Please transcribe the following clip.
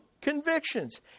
convictions